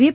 V